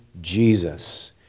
Jesus